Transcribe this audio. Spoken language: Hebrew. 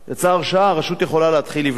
יצאה הרשאה, רשות יכולה להתחיל לבנות,